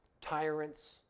Tyrants